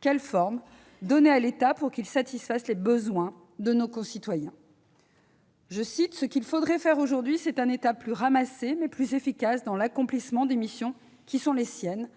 quelle forme donner à l'État pour qu'il satisfasse les besoins de nos concitoyens ?« Ce qu'il faudrait faire aujourd'hui, c'est un État plus ramassé, mais plus efficace dans l'accomplissement des missions qui sont les siennes »